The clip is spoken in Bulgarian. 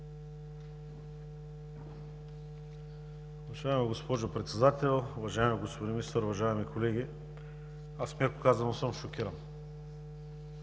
възможност